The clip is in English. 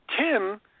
Tim